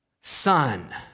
Son